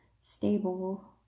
stable